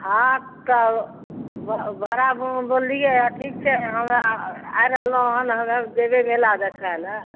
हाँ तऽ ब भाड़ा बोललियै ठीक छै हमरा आएब रहलहुँ हँ नहरौल जेबै मेला देखै लए